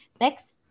next